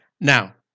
Now